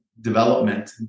development